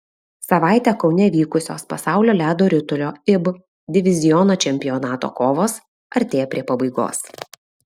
savaitę kaune vykusios pasaulio ledo ritulio ib diviziono čempionato kovos artėja prie pabaigos